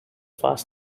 past